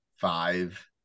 five